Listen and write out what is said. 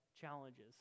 challenges